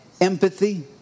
empathy